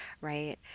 right